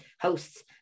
hosts